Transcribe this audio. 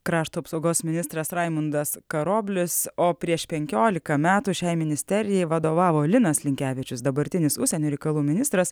krašto apsaugos ministras raimundas karoblis o prieš penkiolika metų šiai ministerijai vadovavo linas linkevičius dabartinis užsienio reikalų ministras